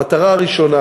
המטרה הראשונה